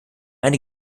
eine